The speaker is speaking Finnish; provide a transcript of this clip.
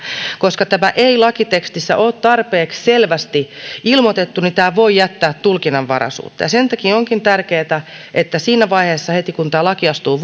koska tämä ei lakitekstissä ole tarpeeksi selvästi ilmoitettu niin tämä voi jättää tulkinnanvaraisuutta ja sen takia onkin tärkeätä että heti siinä vaiheessa kun tämä laki astuu